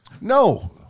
No